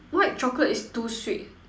white chocolate is too sweet